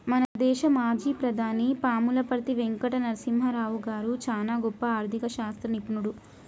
మన దేశ మాజీ ప్రధాని పాములపర్తి వెంకట నరసింహారావు గారు చానా గొప్ప ఆర్ధిక శాస్త్ర నిపుణుడు